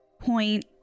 point